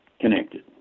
connected